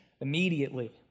immediately